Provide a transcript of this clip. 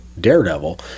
daredevil